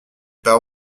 pas